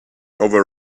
over